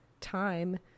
time